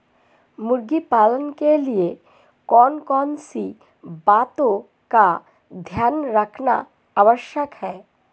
मुर्गी पालन के लिए कौन कौन सी बातों का ध्यान रखना आवश्यक है?